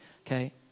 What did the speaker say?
Okay